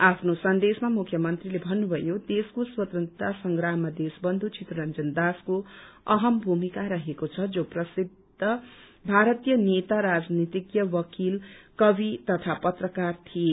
आफ्नो सन्देशमा मुख्यमन्त्रीले भन्नुभयो देशको स्वतन्त्रता संग्राममा देशबन्यु चितरन्जन दासको अहम भूमिका रहेको छ जो प्रसिद्ध भारतीय नेता राजनीतिज्ञ वकील कवि तथा पत्रकार थिए